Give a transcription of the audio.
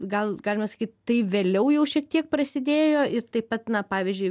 gal galima sakyt tai vėliau jau šiek tiek prasidėjo ir taip pat na pavyzdžiui